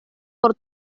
por